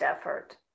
effort